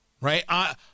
Right